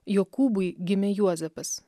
jokūbui gimė juozapas